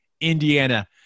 Indiana